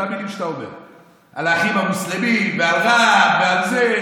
אותן מילים שאתה אומר על האחים המוסלמים ועל רע"מ ועל זה,